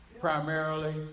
primarily